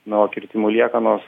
na o kirtimų liekanos